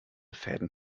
fäden